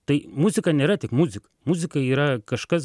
tai muzika nėra tik muzika muzika yra kažkas